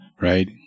right